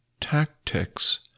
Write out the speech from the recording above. tactics